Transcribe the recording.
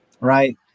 Right